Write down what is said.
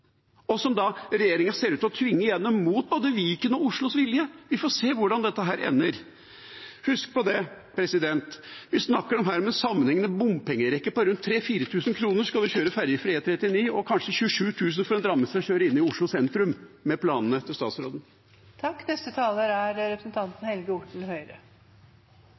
og som regjeringen ser ut til å tvinge igjennom mot både Viken og Oslos vilje? Vi får se hvordan det ender. Husk på at vi snakker her om en sammenhengende bompengerekke: Med planene til statsråden kan man for rundt 3 000–4 000 kr kjøre en fergefri E39, og kanskje koster det 27 000 kr for en drammenser å kjøre inn i Oslo sentrum.